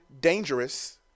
dangerous